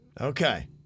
Okay